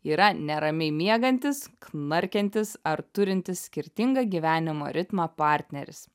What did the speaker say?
yra neramiai miegantis knarkiantis ar turintis skirtingą gyvenimo ritmą partneris